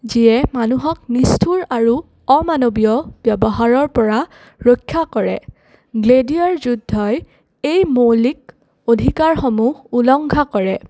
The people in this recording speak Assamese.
যিয়ে মানুহক নিষ্ঠুৰ আৰু অমানৱীয় ব্যৱহাৰৰ পৰা ৰক্ষা কৰে গ্লেডিয়াৰ যুদ্ধই এই মৌলিক অধিকাৰসমূহ উলংঘা কৰে